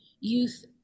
youth